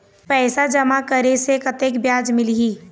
पैसा जमा करे से कतेक ब्याज मिलही?